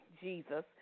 Jesus